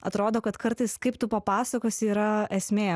atrodo kad kartais kaip tu papasakosi yra esmė